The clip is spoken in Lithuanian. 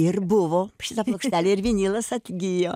ir buvo šita plokštelė ir vinilas atgijo